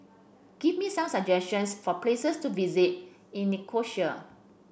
give me some suggestions for places to visit in Nicosia